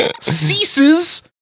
ceases